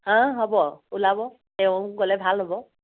অ' হ'ব ওলাব তেৱোঁ গ'লে ভাল হ'ব